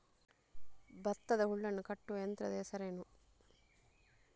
ಭತ್ತದ ಹುಲ್ಲನ್ನು ಕಟ್ಟುವ ಯಂತ್ರದ ಹೆಸರೇನು?